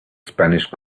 spanish